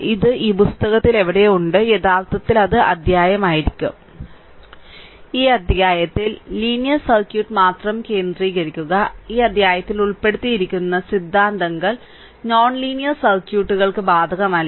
ഇത് ഈ പുസ്തകത്തിൽ എവിടെയോ ഉണ്ട് യഥാർത്ഥത്തിൽ അത് അധ്യായമായിരിക്കും ഈ അധ്യായത്തിൽ ലീനിയർ സർക്യൂട്ട് മാത്രം കേന്ദ്രീകരിക്കുക ഈ അധ്യായത്തിൽ ഉൾപ്പെടുത്തിയിരിക്കുന്ന സിദ്ധാന്തങ്ങൾ നോൺ ലീനിയർ സർക്യൂട്ടുകൾക്ക് ബാധകമല്ല